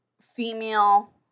female